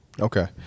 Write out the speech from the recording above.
Okay